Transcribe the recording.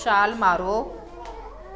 ਛਾਲ ਮਾਰੋ